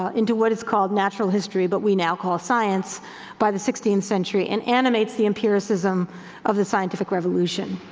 ah into what is called natural history, but we now call science by the sixteenth century and animates the empiricism of the scientific revolution.